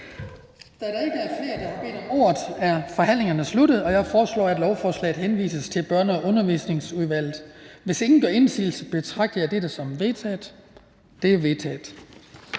Da der ikke er flere, der har bedt om ordet, er forhandlingen sluttet. Jeg foreslår, at lovforslaget henvises til Børne- og Undervisningsudvalget. Hvis ingen gør indsigelse, betragter jeg dette som vedtaget. Det er vedtaget.